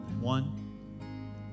One